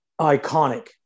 iconic